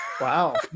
Wow